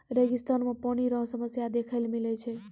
रेगिस्तान मे पानी रो समस्या देखै ले मिलै छै